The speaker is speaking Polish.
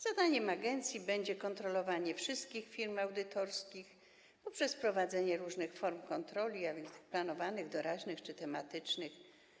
Zadaniem agencji będzie kontrolowanie wszystkich firm audytorskich poprzez prowadzenie różnych form kontroli planowanych, doraźnych czy tematycznych.